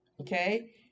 Okay